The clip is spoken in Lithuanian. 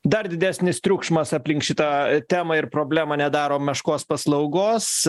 dar didesnis triukšmas aplink šitą temą ir problemą nedaro meškos paslaugos